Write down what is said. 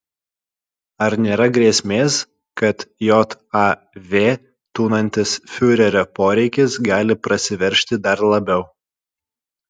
ar nėra grėsmės kad jav tūnantis fiurerio poreikis gali prasiveržti dar labiau